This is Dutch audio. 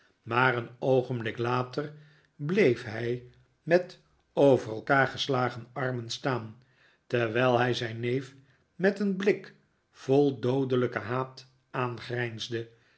maar een oogenblik later bleef hij met over elkaar geslagen armen staan terwijl hij zijn neef met een blik vol doodelijken haat aangrijnsde